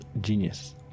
genius